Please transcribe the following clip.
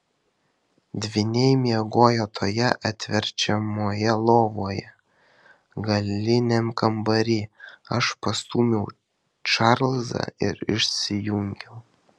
dvyniai miegojo toje atverčiamoje lovoje galiniam kambary aš pastūmiau čarlzą ir išsijungiau